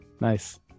nice